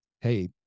hey